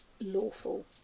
lawful